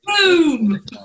boom